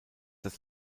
das